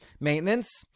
maintenance